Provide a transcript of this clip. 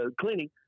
cleaning